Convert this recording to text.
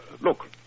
look